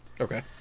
Okay